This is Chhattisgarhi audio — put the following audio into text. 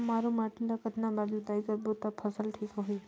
मारू माटी ला कतना बार जुताई करबो ता फसल ठीक होती?